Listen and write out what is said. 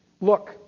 Look